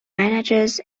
manages